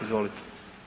Izvolite.